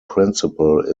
principle